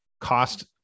cost